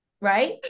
right